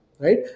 right